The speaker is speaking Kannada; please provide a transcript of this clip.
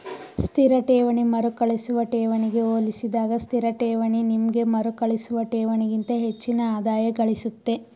ಸ್ಥಿರ ಠೇವಣಿ ಮರುಕಳಿಸುವ ಠೇವಣಿಗೆ ಹೋಲಿಸಿದಾಗ ಸ್ಥಿರಠೇವಣಿ ನಿಮ್ಗೆ ಮರುಕಳಿಸುವ ಠೇವಣಿಗಿಂತ ಹೆಚ್ಚಿನ ಆದಾಯಗಳಿಸುತ್ತೆ